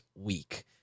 week